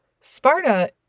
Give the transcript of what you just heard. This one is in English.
Sparta